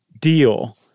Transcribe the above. deal